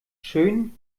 schön